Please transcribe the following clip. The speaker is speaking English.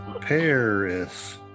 Paris